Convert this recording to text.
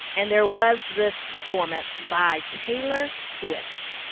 and there was this performance by taylor swift.